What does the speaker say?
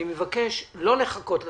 אני מבקש, לא לחכות לתקציב.